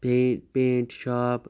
بیٚیہِ paint shop